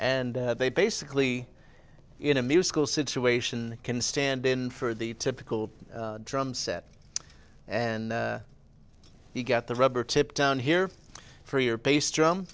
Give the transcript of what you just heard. and they basically in a musical situation can stand in for the typical drum set and you get the rubber tip down here for your bass drum